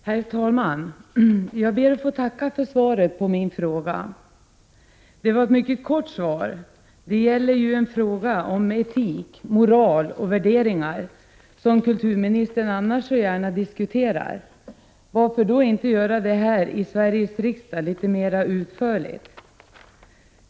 Herr talman! Jag ber att få tacka för svaret på min fråga. Det var ett mycket kort svar. Det gäller ju en fråga om etik, moral och värderingar, som kulturministern annars gärna diskuterar. Varför då inte göra det här i Sveriges riksdag lite mer utförligt?